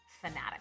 fanatic